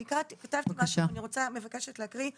אני כתבתי את מה שאני מבקשת להקריא.